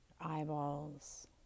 eyeballs